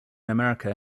america